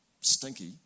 stinky